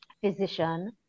physician